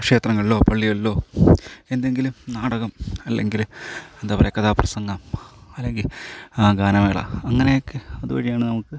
ക്ഷേത്രങ്ങളിലോ പള്ളികളിലോ എന്തെങ്കിലും നാടകം അല്ലെങ്കിൽ എന്താണ് പറയുക കഥാപ്രസംഗം അല്ലെങ്കിൽ ഗാനമേള അങ്ങനെയൊക്കെ അതുവഴിയാണ് നമുക്ക്